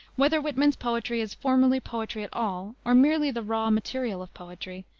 whether whitman's poetry is formally poetry at all or merely the raw material of poetry,